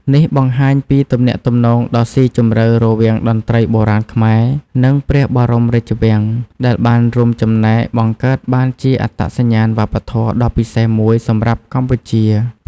នេះបង្ហាញពីទំនាក់ទំនងដ៏ស៊ីជម្រៅរវាងតន្ត្រីបុរាណខ្មែរ និងព្រះបរមរាជវាំង ដែលបានរួមចំណែកបង្កើតបានជាអត្តសញ្ញាណវប្បធម៌ដ៏ពិសេសមួយសម្រាប់កម្ពុជា។